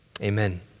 Amen